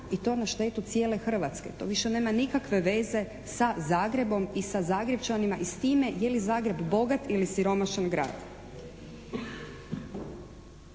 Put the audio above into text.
i to na štetu cijele Hrvatske, to više nema nikakve veze sa Zagrebom i sa Zagrepčanima i s time je li Zagreb bogat ili siromašan grad.